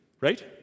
right